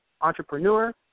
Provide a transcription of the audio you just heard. entrepreneur